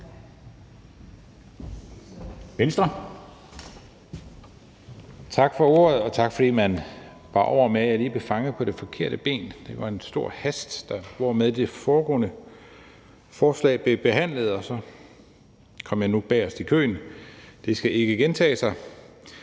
(V): Tak for ordet. Og tak, fordi man bar over med, at jeg lige blev fanget på det forkerte ben. Det var en stor hast, hvormed det foregående forslag blev behandlet, og så kom jeg nu bagerst i køen. Det skal ikke gentage sig,